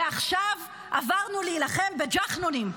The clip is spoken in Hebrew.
ועכשיו עברנו להילחם בג'חנונים,